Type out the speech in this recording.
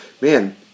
man